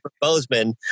Bozeman